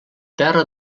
terra